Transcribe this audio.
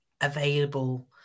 available